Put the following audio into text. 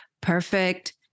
perfect